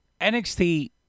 NXT